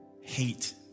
hate